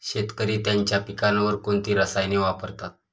शेतकरी त्यांच्या पिकांवर कोणती रसायने वापरतात?